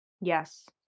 yes